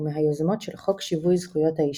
ומהיוזמות של חוק שיווי זכויות האשה.